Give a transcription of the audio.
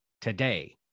today